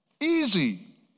Easy